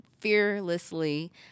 fearlessly